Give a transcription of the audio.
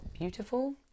beautiful